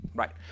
right